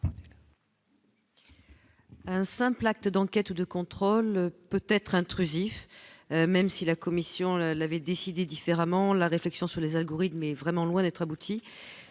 Un simple acte d'enquête ou de contrôle peut-être intrusif, même si la Commission l'avait décidé différemment la réflexion sur les algorithmes et vraiment loin d'être abouti,